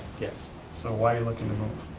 yes. so why are you looking to move?